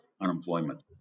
unemployment